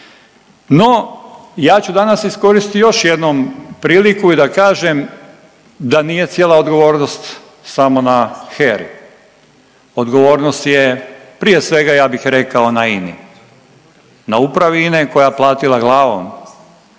No, ja ću danas iskoristiti još jednom priliku i da kažem da nije cijela odgovornost samo na HERA-i, odgovornost je prije svega ja bih rekao na INA-i, na upravi INA-e koja je platila glavom